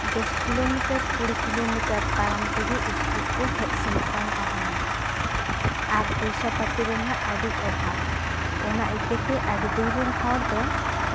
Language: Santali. ᱫᱚᱥ ᱠᱤᱞᱳᱢᱤᱴᱟᱨ ᱠᱩᱲᱤ ᱠᱤᱞᱳᱢᱤᱴᱟᱨ ᱛᱟᱲᱟᱢ ᱛᱮᱜᱮ ᱥᱠᱩᱞ ᱠᱚ ᱦᱮᱡ ᱥᱮᱱᱚᱜ ᱠᱟᱱ ᱛᱟᱦᱮᱱᱟ ᱟᱨ ᱯᱚᱭᱥᱟ ᱯᱟᱛᱤ ᱨᱮᱱᱟᱜ ᱟᱹᱰᱤ ᱚᱵᱷᱟᱵ ᱚᱱᱟ ᱟᱹᱭᱠᱟᱹᱛᱮ ᱟᱹᱰᱤ ᱫᱤᱱ ᱨᱮᱱ ᱦᱚᱲ ᱫᱚ